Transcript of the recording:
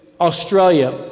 Australia